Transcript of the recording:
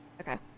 Okay